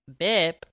Bip